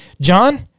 John